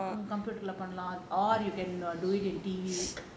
or you can do it in T_V